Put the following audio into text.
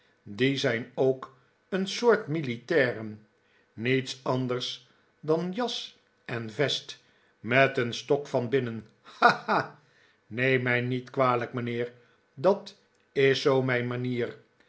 die zijn ook een soort militairen niets anders dan jas en vest met een stok van binnen ha ha neem mij niet kwalijk mijnheer dat is zoo mijn manier